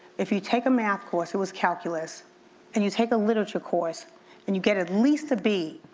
if you take a math course, it was calculus and you take a literature course and you get at least a b,